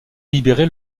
libéré